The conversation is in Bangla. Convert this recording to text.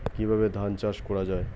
কিভাবে ধান চাষ করা হয়?